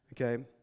Okay